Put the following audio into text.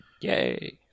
Yay